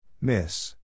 Miss